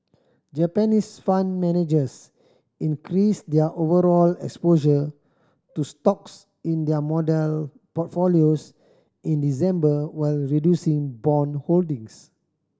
Japanese fund managers increased their overall exposure to stocks in their model portfolios in December while reducing bond holdings